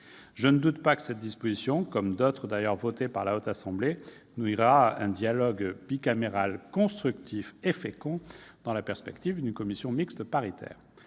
Je ne doute pas que cette disposition, comme d'autres adoptées par la Haute Assemblée, nourrira un dialogue bicaméral constructif et fécond dans la perspective de la commission mixte paritaire.